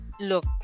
look